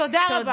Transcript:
תודה רבה.